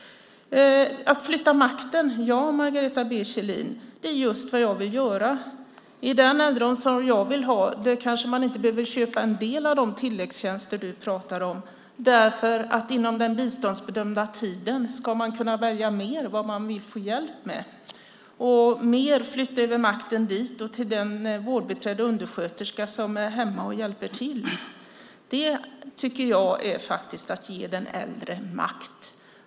Flytta makten? Ja, Margareta B Kjellin, det är just vad jag vill göra. I den äldreomsorg jag vill ha kanske man inte behöver köpa en del av de tilläggstjänster du pratar om, därför att man inom den biståndsbedömda tiden ska kunna välja mer av vad man ska få hjälp med, så att mer av makten flyttas över dit och till det vårdbiträde eller den undersköterska som är hemma och hjälper till. Det tycker jag är att ge den äldre makt.